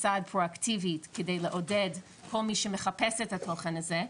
צד פרואקטיבי כדי לעודד את כל מי שמחפש את התוכן הזה,